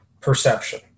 perception